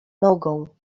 nogą